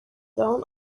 dawn